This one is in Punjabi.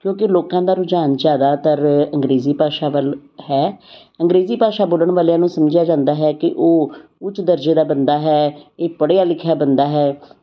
ਕਿਉਂਕਿ ਲੋਕਾਂ ਦਾ ਰੁਝਾਨ ਜ਼ਿਆਦਾਤਰ ਅੰਗਰੇਜ਼ੀ ਭਾਸ਼ਾ ਵੱਲ ਹੈ ਅੰਗਰੇਜ਼ੀ ਭਾਸ਼ਾ ਬੋਲਣ ਵਾਲਿਆਂ ਨੂੰ ਸਮਝਿਆ ਜਾਂਦਾ ਹੈ ਕਿ ਉਹ ਉੱਚ ਦਰਜੇ ਦਾ ਬੰਦਾ ਹੈ ਇਹ ਪੜ੍ਹਿਆ ਲਿਖਿਆ ਬੰਦਾ ਹੈ